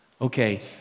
okay